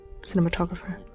cinematographer